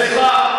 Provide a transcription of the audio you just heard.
סליחה,